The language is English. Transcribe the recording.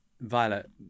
violet